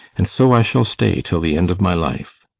and so i shall stay till the end of my life.